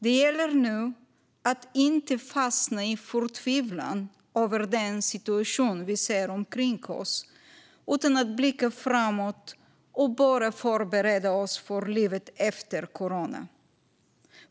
Det gäller nu att inte fastna i förtvivlan över den situation vi ser omkring oss utan att blicka framåt och börja förbereda oss för livet efter corona.